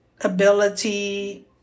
ability